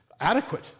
adequate